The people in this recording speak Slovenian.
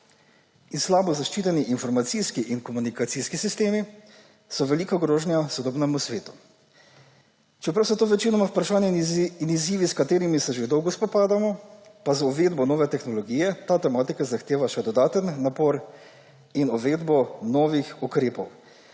in slabo zaščiteni informacijski in komunikacijski sistemi so velika grožnja sodobnemu svetu. Čeprav so to večinoma vprašanja in izzivi, s katerimi se že dolgo spopadamo, pa z uvedbo nove tehnologije ta tematika zahteva še dodaten napor in uvedbo novih ukrepov